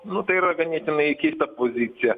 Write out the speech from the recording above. nu tai yra ganėtinai keista pozicija